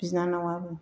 बिनानावाबो